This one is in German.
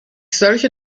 solche